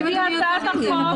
אם אדוני --- לפרוטוקול.